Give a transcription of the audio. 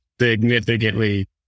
significantly